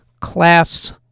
class